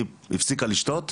הפסיקה לשתות,